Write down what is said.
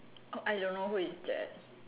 oh I don't know who is that